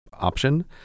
option